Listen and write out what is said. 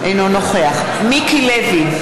אינו נוכח מיקי לוי,